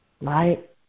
right